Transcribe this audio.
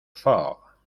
faure